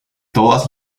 todas